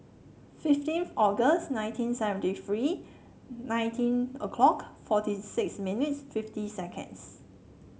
fifteen of August nineteen seventy three nineteen o'clock forty six minutes fifty seconds